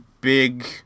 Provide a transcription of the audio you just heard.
big